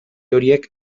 horiek